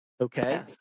okay